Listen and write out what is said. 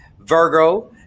Virgo